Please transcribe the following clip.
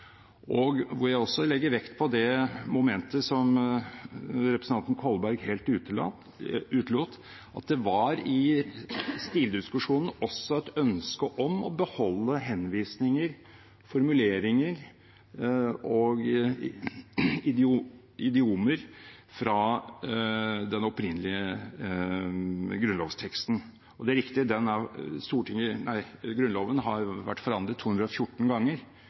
og hvor jeg også legger vekt på det momentet som representanten Kolberg helt utelot, at det i stildiskusjonen også var et ønske om å beholde henvisninger, formuleringer og idiomer fra den opprinnelige grunnlovsteksten. Og det er riktig, Grunnloven har vært forandret 214 ganger